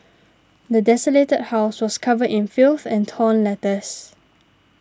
the desolated house was covered in filth and torn letters